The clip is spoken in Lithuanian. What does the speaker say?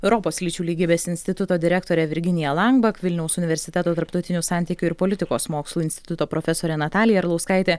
europos lyčių lygybės instituto direktorė virginija lambak vilniaus universiteto tarptautinių santykių ir politikos mokslų instituto profesorė natalija arlauskaitė